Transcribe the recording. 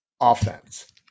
offense